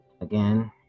Again